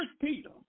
Peter